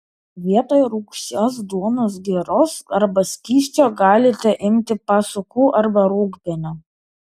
vietoj rūgščios duonos giros arba skysčio galite imti pasukų arba rūgpienio